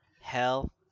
Hell